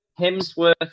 Hemsworth